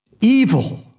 evil